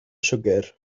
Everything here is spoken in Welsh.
siwgr